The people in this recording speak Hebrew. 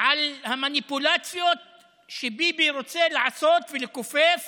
על המניפולציות שביבי רוצה לעשות ולכופף